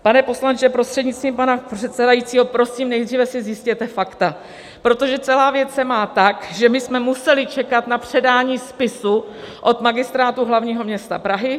Pane poslanče, prostřednictvím pana předsedajícího, prosím, nejdříve si zjistěte fakta, protože celá věc se má tak, že jsme museli čekat na předání spisu od Magistrátu hlavního města Prahy.